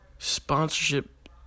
Sponsorship